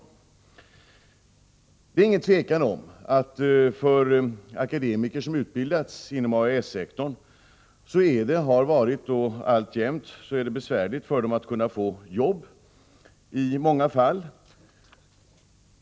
Det är ingen tvekan om att det för akademiker som har utbildats inom AES-sektorn har varit och i många fall alltjämt är besvärligt att få jobb.